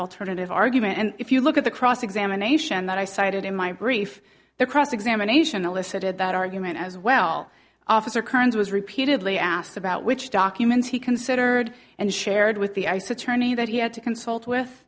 alternative argument and if you look at the cross examination that i cited in my brief the cross examination elicited that argument as well officer kearns was repeatedly asked about which documents he considered and shared with the ice attorney that he had to consult with